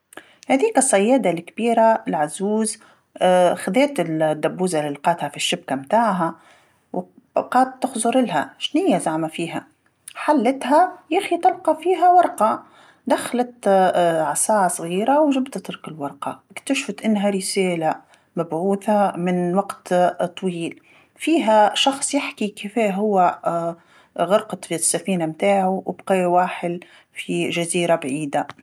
هاذيكا الصياده الكبيره العزوز خدات الدبوزه اللي لقاتها في الشبكه متاعها، وبقات تخزلها، شنيا زعما فيها، حلتها، يخي تلقى فيها ورقه. دخلت عصا صغيره وجبدت تلك الورقه، كتشفت أنها رساله مبعوثه من وقت طويل، فيها شخص يحكي كيفاه هو غرقت فيه السفينه متاعو وبقى يواحل في جزيره بعيده.